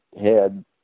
head